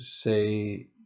say